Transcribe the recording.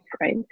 right